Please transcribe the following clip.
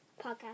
Podcast